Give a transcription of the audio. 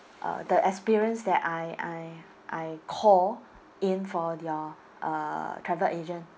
uh the experience that I I I call in for your uh travel agent